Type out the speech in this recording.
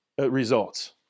results